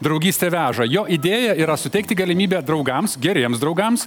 draugystė veža jo idėja yra suteikti galimybę draugams geriems draugams